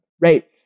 right